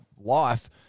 life